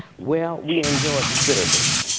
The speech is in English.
well, we enjoyed the service